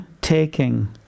taking